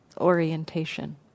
orientation